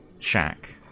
shack